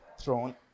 thrown